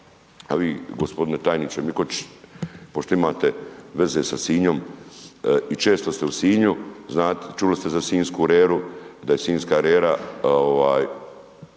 a vi gospodine tajniče Mikoć, pošto imate veze sa Sinjom i često ste u Sinju znate čuli ste za sinjsku reru, da je sinjska rera